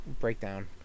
breakdown